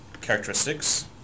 characteristics